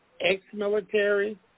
ex-military